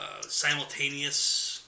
simultaneous